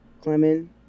Clement